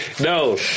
No